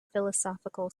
philosophical